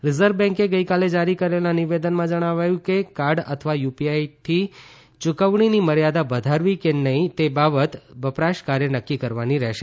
reserve બેન્કે ગઇકાલે જારી કરેલા નિવેદનમાં જણાવ્યું છે કે કાર્ડ અથવા યુપીઆઈ થકી યૂકવણીની મર્યાદા વધારવી કે નહીં તે બાબત વપરાશકારે નક્કી કરવાની રહેશે